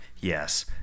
yes